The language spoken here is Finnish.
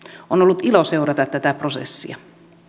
on ollut ilo seurata tätä prosessia